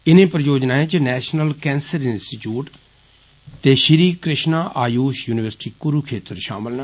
इनें परियोजनाएं च नैषनल केंसर इंसीच्यूट ते श्री कृश्णा आयुश युनिवर्सिटी कुरुक्षेत्र षामल न